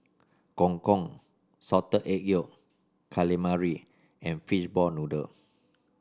Gong Gong Salted Egg Yolk Calamari and Fishball Noodle